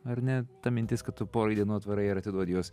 ar ne ta mintis kad tu porai dienų atvarai ir atiduoti juos